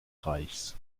reichs